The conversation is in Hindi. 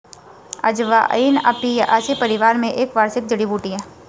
अजवाइन अपियासी परिवार में एक वार्षिक जड़ी बूटी है